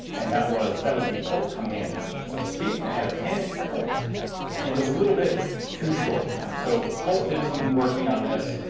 and that was that was the coke commando so to speak and i had a ten inch barrel it was a little bit too short so colt did some working on this